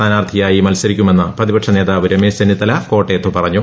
സ്ഥാനാർത്ഥിയായി മത്സരിക്കുമെന്ന് പ്രതിപക്ഷനേതാവ് രമേശ് ചെന്നിത്തല കോട്ടയത്ത് പറഞ്ഞു